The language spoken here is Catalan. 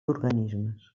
organismes